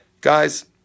Guys